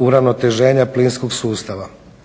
uravnoteženja plinskog sustava.